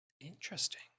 Interesting